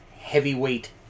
Heavyweight